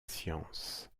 science